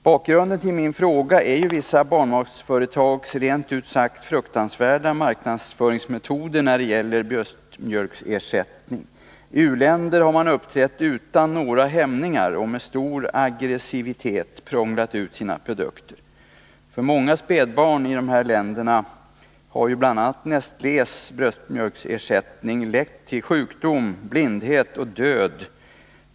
Bakgrunden till min fråga är ju vissa barnmatsföretags rent ut sagt fruktansvärda marknadsföringsmetoder när det gäller bröstmjölksersättning. I u-länder har man uppträtt utan några hämningar och med stor aggressivitet prånglat ut sina produkter. För många spädbarn i dessa länder har bl.a. Nestlés bröstmjölksersättning lett till sjukdom, blindhet och död.